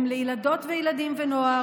הן לילדות וילדים ונוער,